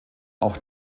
auch